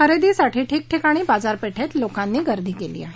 खरेदीसाठी ठिकठिकाणी बाजारपेठेत लोकांनी गर्दी केली आहे